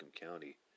County